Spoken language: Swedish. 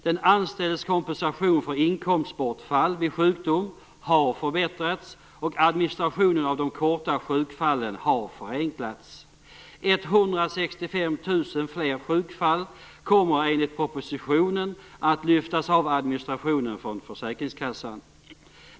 Den anställdes kompensation för inkomstbortfall vid sjukdom har förbättrats och administrationen av de korta sjukdomsfallen har förenklats. 165 000 fler sjukdomsfall kommer enligt propositionen att kunna lyftas bort från försäkringskassans administration.